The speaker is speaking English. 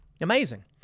Amazing